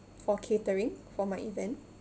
for catering for my event